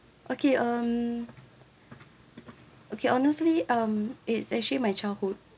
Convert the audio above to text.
okay um okay honestly um it's actually my childhood